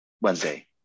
Wednesday